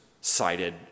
cited